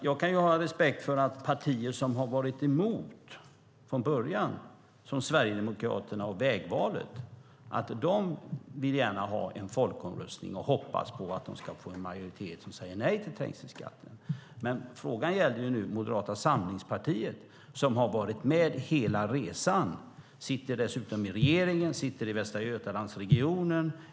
Jag kan ha respekt för att partier som har varit emot från början, som Sverigedemokraterna och Vägvalet, vill ha en folkomröstning där de hoppas att få en majoritet som säger nej till trängselskatten. Frågan gällde dock Moderata samlingspartiet som har varit med hela resan. Ni sitter dessutom i regeringen och i Västra Götalandsregionen.